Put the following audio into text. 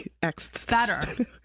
better